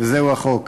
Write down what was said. וזהו החוק.